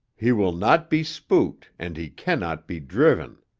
he will not be spooked and he cannot be driven.